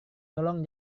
tolong